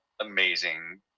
amazing